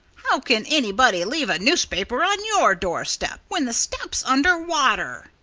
how can anybody leave a newspaper on your doorstep, when the step's under water?